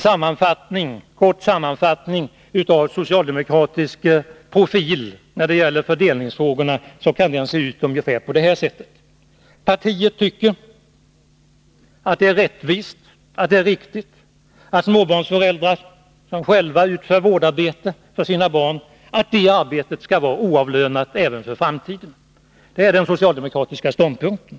En kort sammanfattning av den socialdemokratiska profilen när det gäller fördelningsfrågorna kan se ut på ungefär detta sätt: För det första tycker partiet att det är rättvist och riktigt att det vårdarbete som småbarnsföräldrar utför när det gäller egna barn skall vara oavlönat även i framtiden. Det är den socialdemokratiska ståndpunkten.